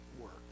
work